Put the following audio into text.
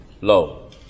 low